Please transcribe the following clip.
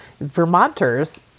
Vermonters